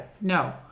No